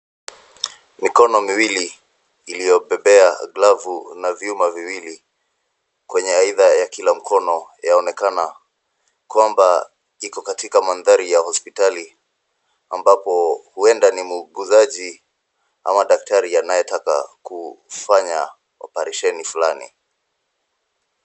Mikono miwili iliyobebea glavu na vyuma viwili kwenye aidha ya kila mkono yaonekana kwamba iko katika mandhari ya hospitali ambapo huenda ni muuguzaji ama daktari anayetaka kufanya oparesheni flani.